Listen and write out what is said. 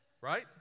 right